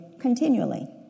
continually